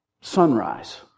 sunrise